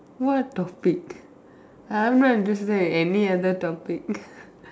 what topic I am not interested in any other topic